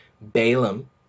Balaam